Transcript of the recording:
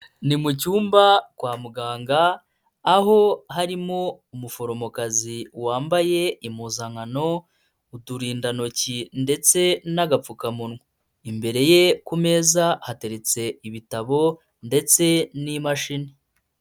Ni mu cyumba kwa muganga aho harimo umuforomokazi wambaye impuzankano, uturindantoki ndetse n'agapfukamunwa, imbere ye ku meza hateretse ibitabo ndetse n'imashini.